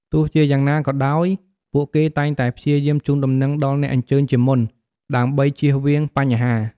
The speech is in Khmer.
ទោះជាយ៉ាងណាក៏ដោយ ពួកគេតែងតែព្យាយាមជូនដំណឹងដល់អ្នកអញ្ជើញជាមុន ដើម្បីជៀសវាងបញ្ហា។